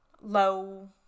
low